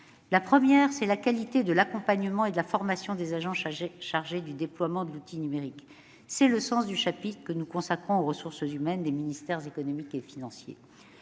La première condition, c'est la qualité de l'accompagnement et de la formation des agents chargés du déploiement de l'outil numérique. C'est le sens du chapitre que nous consacrons aux ressources humaines des ministères économiques et financiers.